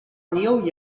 neil